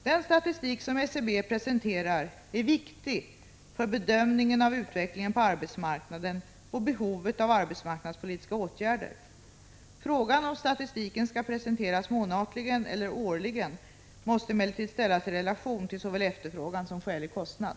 Den statistik som SCB presenterar är viktig för bedömningen av utvecklingen på arbetsmarknaden och behovet av arbetsmarknadspolitiska åtgärder. Frågan om statistiken skall presenteras månatligen eller årligen måste emellertid ställas i relation till såväl efterfrågan som skälig kostnad.